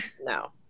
No